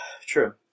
True